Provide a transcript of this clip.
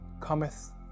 cometh